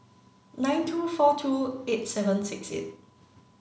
nine two four two eight seven six eight